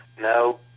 no